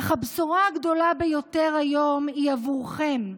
אך הבשורה הגדולה ביותר היום היא עבורכם,